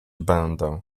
będę